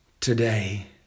today